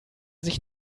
sich